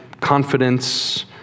confidence